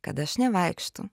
kad aš nevaikštau